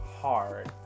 hard